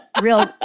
Real